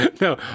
No